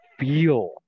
Feel